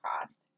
cost